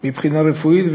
מבחינה רפואית,